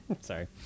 sorry